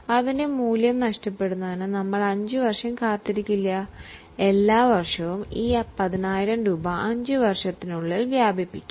അതിന്റെ മൂല്യം നഷ്ടപ്പെടുന്നതിന് നമ്മൾ 5 വർഷം കാത്തിരിക്കില്ല എല്ലാ വർഷവും ഈ 10000 രൂപ 5 വർഷ കാലയളവിൽ വ്യാപിക്കും